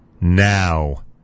Now